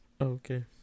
Okay